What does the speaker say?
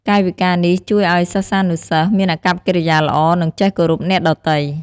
កាយវិការនេះជួយឱ្យសិស្សានុសិស្សមានអាកប្បកិរិយាល្អ និងចេះគោរពអ្នកដទៃ។